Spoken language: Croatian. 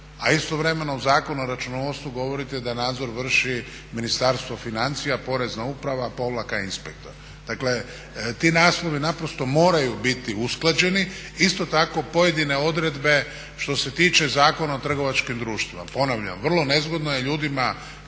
a istovremeno u Zakonu o računovodstvu govorite da nadzor vrši Ministarstvo financija, Porezna uprava – inspektor. Dakle, ti naslovi naprosto moraju biti usklađeni. Isto tako pojedine odredbe što se tiče Zakona o trgovačkim društvima, ponavljam, vrlo nezgodno je ljudima